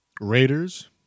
Raiders